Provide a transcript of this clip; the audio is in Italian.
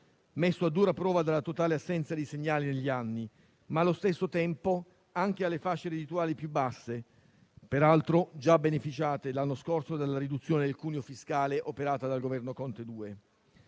messo a dura prova dalla totale assenza di segnali negli anni, ma allo stesso tempo anche alle fasce reddituali più basse, peraltro già beneficiate l'anno scorso dalla riduzione del cuneo fiscale operata dal Governo Conte II.